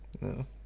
No